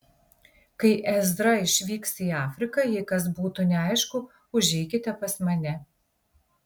kai ezra išvyks į afriką jei kas būtų neaišku užeikite pas mane